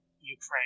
Ukraine